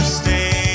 stay